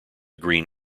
green